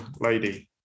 Lady